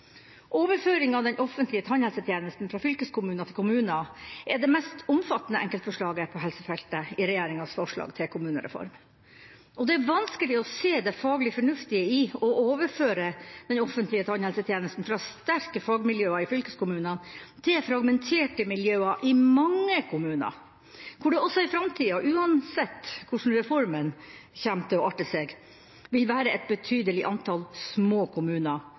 Overføring av den offentlige tannhelsetjenesten fra fylkeskommuner til kommuner er det mest omfattende enkeltforslaget på helsefeltet i regjeringas forslag til kommunereform. Og det er vanskelig å se det faglig fornuftige i å overføre den offentlige tannhelsetjenesten fra sterke fagmiljøer i fylkeskommunene til fragmenterte miljøer i mange kommuner, hvor det også i framtida – uansett hvordan reformen kommer til å arte seg – vil være et betydelig antall små kommuner